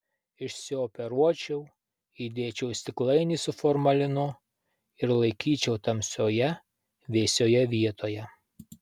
išsioperuočiau įdėčiau į stiklainį su formalinu ir laikyčiau tamsioje vėsioje vietoje